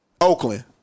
Oakland